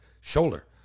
Shoulder